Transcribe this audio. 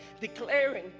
declaring